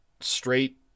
straight